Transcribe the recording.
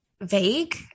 vague